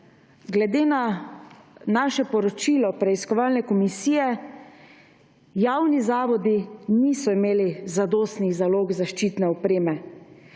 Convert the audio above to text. glede na naše poročilo preiskovalne komisije javni zavodi niso imeli zadostnih zalog zaščitne opreme.